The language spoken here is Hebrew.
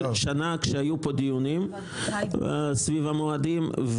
שנה כשהיו כאן דיונים סביב המועדים.